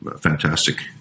Fantastic